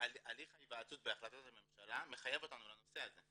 הליך ההיוועצות בהחלטת הממשלה מחייב אותנו לנושא הזה.